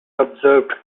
observed